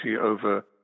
over